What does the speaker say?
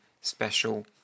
special